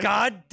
God